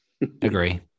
Agree